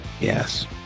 Yes